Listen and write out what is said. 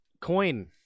coin